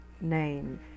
name